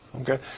Okay